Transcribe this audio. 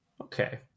Okay